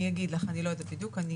אני אגיד לך, אני לא יודעת בדיוק, אני